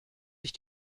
sich